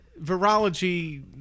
virology